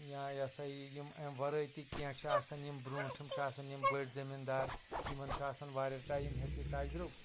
یا یا سا یہِ اَمہِ وَرٲے تہِ کیٚنٛہہ چھُ آسان یِم برٛونٹھۍ چھِ آسان یِم بٔڈۍ زٔمیٖن دار یِمن چھُ آسان واریاہ ٹایم ہٮ۪تھ یہِ تَجرُبہٕ